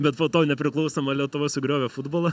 bet po to nepriklausoma lietuva sugriovė futbolą